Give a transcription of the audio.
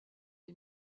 est